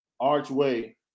Archway